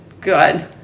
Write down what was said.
good